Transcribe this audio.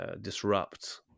disrupt